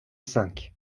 cinq